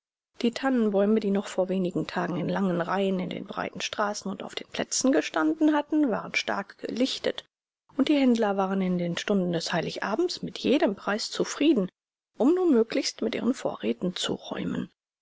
die tannenbäume die noch vor wenigen tagen in langen reihen in den breiten straßen und auf den plätzen gestanden hatten waren stark gelichtet und die händler waren in den stunden des heiligabends mit jedem preis zufrieden um nur möglichst mit ihren vorräten zu räumen